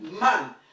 man